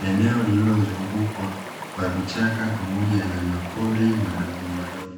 eneo lililozungukwa kwa vichaka pamoja na mapoli madogomadogo.